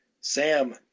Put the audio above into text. Sam